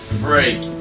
freak